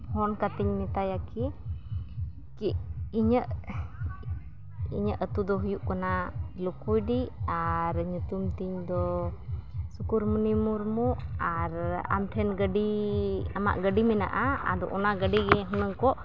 phone ᱠᱟᱛᱮᱫ ᱢᱮᱛᱟᱭᱟ ᱠᱤ ᱤᱧᱟᱹᱜ ᱤᱧᱟᱹᱜ ᱟᱹᱛᱩ ᱫᱚ ᱦᱩᱭᱩᱜ ᱠᱟᱱᱟ ᱞᱩᱠᱩᱭᱰᱤ ᱟᱨ ᱧᱩᱛᱩᱢ ᱛᱤᱧ ᱫᱚ ᱥᱩᱠᱩᱨᱢᱚᱱᱤ ᱢᱩᱨᱢᱩ ᱟᱨ ᱟᱢᱴᱷᱮᱱ ᱜᱟᱹᱰᱤ ᱟᱢᱟᱜ ᱜᱟᱹᱰᱤ ᱢᱮᱱᱟᱜᱼᱟ ᱟᱫᱚ ᱚᱱᱟ ᱜᱟᱹᱰᱤ ᱜᱮ ᱦᱩᱱᱟᱹᱝ ᱠᱚ